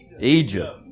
Egypt